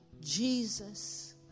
Jesus